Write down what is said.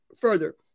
further